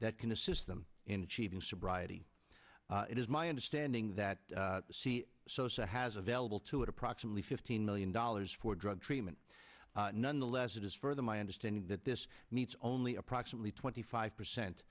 that can assist them in achieving sobriety it is my understanding that sosa has available to it approximately fifteen million dollars for drug treatment nonetheless it is further my understanding that this meets only approximately twenty five percent